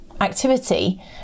activity